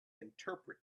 interpret